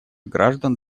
граждан